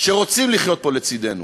שרוצים לחיות פה לצדנו.